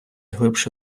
глибше